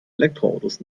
elektroautos